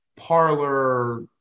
parlor